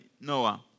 Noah